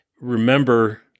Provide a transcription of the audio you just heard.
remember